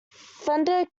fender